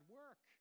work